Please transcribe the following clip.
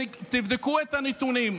תבדקו את הנתונים.